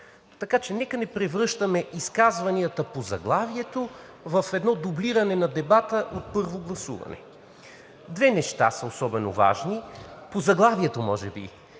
Така че нека не превръщаме изказванията по заглавието в едно дублиране на дебата от първо гласуване. Може би две неща са особено важни по заглавието –